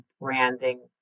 branding